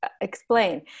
explain